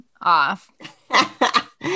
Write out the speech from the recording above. off